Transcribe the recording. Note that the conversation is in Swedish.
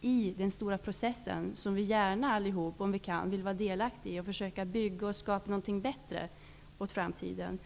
i den stora process som vi allihop gärna, om vi kan, vill vara delaktiga i för att kunna bygga och skapa någonting bättre för framtiden.